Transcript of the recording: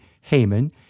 Haman